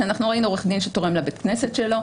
שראינו עורך דין שתורם לבית הכנסת שלו,